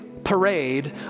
Parade